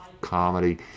comedy